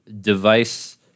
device